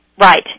Right